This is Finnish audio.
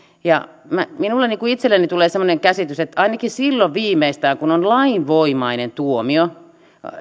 minulle itselleni tulee semmoinen käsitys että ainakaan silloin enää kun on lainvoimainen tuomio